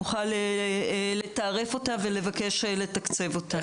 נועל ליצור תעריף ולבקש לתקצב אותה.